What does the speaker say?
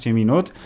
minut